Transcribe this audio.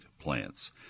plants